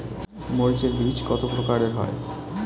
মরিচ এর বীজ কতো প্রকারের হয়?